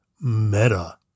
Meta